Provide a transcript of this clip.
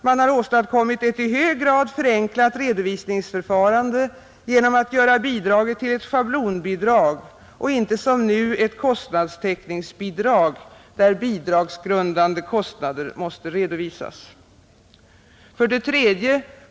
Man har åstadkommit ett i hög grad förenklat redovisningsförfarande genom att göra bidraget till ett schablonbidrag och inte som nu ett kostnadstäckningsbidrag, där bidragsgrundande kostnader måste redovisas, 3.